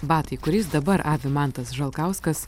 batai kuriais dabar avi mantas žalkauskas